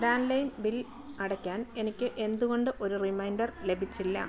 landline bill അടയ്ക്കാൻ എനിക്ക് എന്തുകൊണ്ട് ഒരു റിമൈൻഡർ ലഭിച്ചില്ല